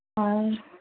ᱟᱨ